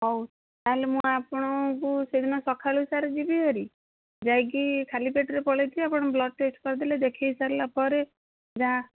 ହଉ ତା'ହେଲେ ମୁଁ ଆପଣଙ୍କୁ ସେଦିନ ସକାଳୁ ସାର୍ ଯିବିହେରି ଯାଇକି ଖାଲି ପେଟରେ ପଳାଇଥିବି ଆପଣ ବ୍ଲଡ଼୍ ଟେଷ୍ଟ କରିଦେଲେ ଦେଖାଇ ସାରିଲା ପରେ ଯାହା